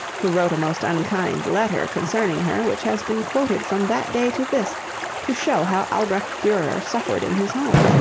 who wrote a most unkind letter concerning her which has been quoted from that day to this to show how albrecht durer suffered in his home.